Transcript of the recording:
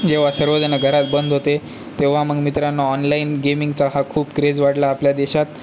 जेव्हा सर्वेजणं घरात बंद होते तेव्हा मग मित्रांनो ऑनलाईन गेमिंगचा हा खूप क्रेज वाढला आपल्या देशात